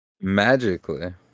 magically